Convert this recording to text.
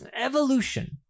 evolution